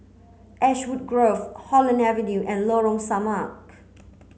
Ashwood Grove Holland Avenue and Lorong Samak